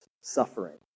suffering